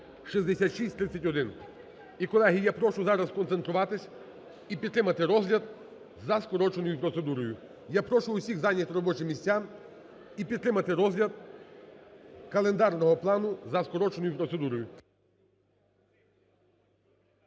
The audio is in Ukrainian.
(6631). І, колеги, я прошу зараз сконцентруватись і підтримати розгляд за скороченою процедурою. Я прошу усіх зайняти робочі місця і підтримати розгляд календарного плану за скороченою процедурою.